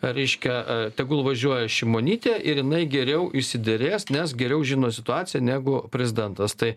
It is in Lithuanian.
reiškia tegul važiuoja šimonytė ir jinai geriau išsiderės nes geriau žino situaciją negu prezidentas tai